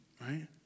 right